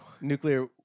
Nuclear